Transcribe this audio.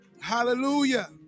Hallelujah